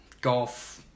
golf